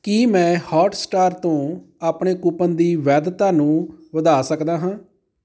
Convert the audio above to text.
ਕੀ ਮੈਂ ਹੋਟਸਟਾਰ ਤੋਂ ਆਪਣੇ ਕੂਪਨ ਦੀ ਵੈਧਤਾ ਨੂੰ ਵਧਾ ਸਕਦਾ ਹਾਂ